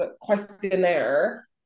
questionnaire